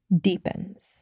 deepens